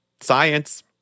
science